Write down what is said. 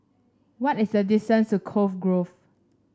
what is the distance to Cove Grove